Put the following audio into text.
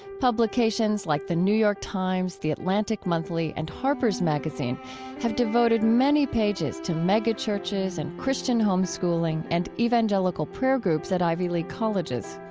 publications like the new york times, the atlantic monthly, and harper's magazine have devoted many pages to megachurches and christian home schooling and evangelical prayer groups at ivy league colleges.